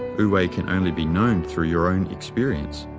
wu-wei can only be known through your own experience.